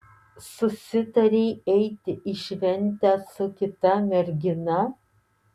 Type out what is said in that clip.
susitarei eiti į šventę su kita mergina